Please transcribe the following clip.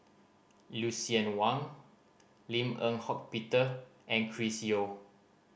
Lucien Wang Lim Eng Hock Peter and Chris Yeo